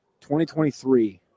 2023